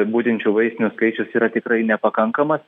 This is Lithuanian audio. budinčių vaistinių skaičius yra tikrai nepakankamas